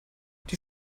die